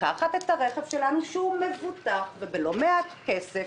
לקחת את הרכב שלנו, שמבוטח בלא מעט כסף,